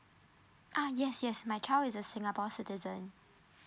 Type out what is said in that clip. ah yes yes my child is a singapore citizen